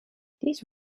these